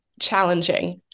challenging